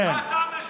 אני משקר?